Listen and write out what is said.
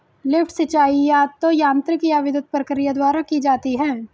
lift सिंचाई या तो यांत्रिक या विद्युत प्रक्रिया द्वारा की जाती है